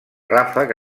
ràfec